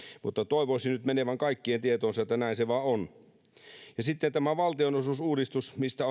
mutta toivoisin nyt menevän kaikkien tietoon että näin se vain on sitten tämä valtionosuusuudistus mistä